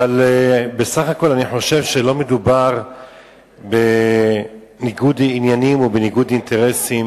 אבל בסך הכול אני חושב שלא מדובר בניגוד עניינים או בניגוד אינטרסים